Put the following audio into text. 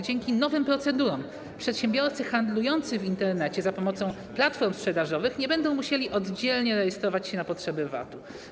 Dzięki nowym procedurom przedsiębiorcy handlujący w Internecie za pomocą platform sprzedażowych nie będą musieli oddzielnie rejestrować się na potrzeby VAT-u.